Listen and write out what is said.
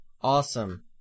Awesome